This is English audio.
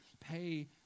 pay